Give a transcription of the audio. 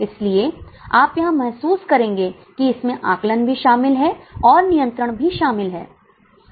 इसलिए आप यहां महसूस करेंगे कि इसमें आकलन भी शामिल है और नियंत्रण भी शामिल है